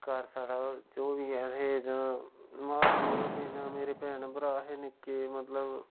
घर साढ़ा जो बी है हे जां मा प्यो हे जां मेरे भैन भ्राऽ हे निक्के मतलब